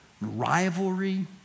rivalry